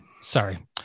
sorry